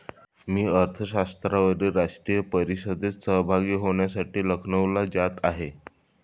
मी अर्थशास्त्रावरील राष्ट्रीय परिषदेत सहभागी होण्यासाठी लखनौला जात आहे